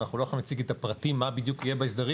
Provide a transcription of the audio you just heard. אנחנו לא יכולים להציג את הפרטים של מה בדיוק יהיה בהסדרים.